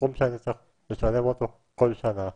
סכום שאני צריך לשלם אותו כל שנה,